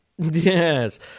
Yes